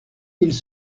ils